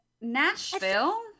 Nashville